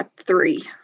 three